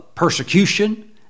Persecution